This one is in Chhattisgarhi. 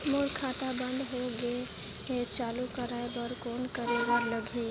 मोर खाता बंद हो गे हवय चालू कराय बर कौन करे बर लगही?